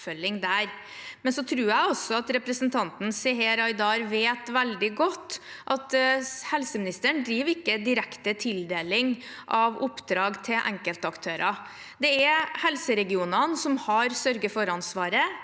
tror jeg også representanten Seher Aydar vet veldig godt at helseministeren ikke driver direkte tildeling av oppdrag til enkeltaktører. Det er helseregionene som har sørge-for-ansvaret.